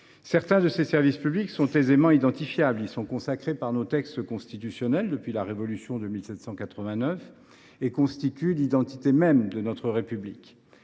Certains de ces services publics sont aisément identifiables. Ils sont consacrés par nos textes constitutionnels depuis la Révolution de 1789 et constituent l’identité même de notre République.